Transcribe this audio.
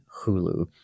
Hulu